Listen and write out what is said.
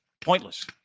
pointless